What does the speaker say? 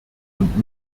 und